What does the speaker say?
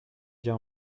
già